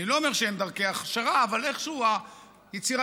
אני לא אומר שאין דרכי הכשרה,